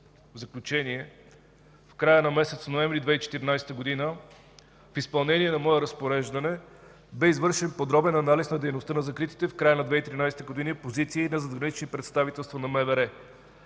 В тази връзка, в края на месец ноември 2014 г., в изпълнение на мое разпореждане бе извършен подробен анализ на дейността на закритите в края на 2013 г. позиции на задгранични представителства на МВР